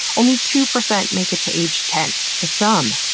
only two percent make it to age ten but some,